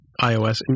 iOS